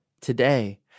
Today